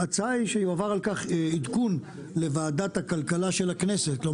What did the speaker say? ההצעה היא שיועבר על כך עדכון לוועדת הכלכלה של הכנסת.